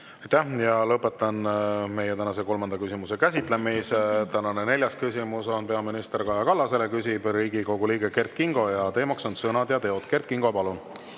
Lõpetan meie tänase kolmanda küsimuse käsitlemise. Tänane neljas küsimus on peaminister Kaja Kallasele, küsib Riigikogu liige Kert Kingo ja teema on sõnad ja teod. Kert Kingo, palun!